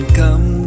come